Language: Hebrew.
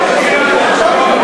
לאיבוד?